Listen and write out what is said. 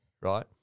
right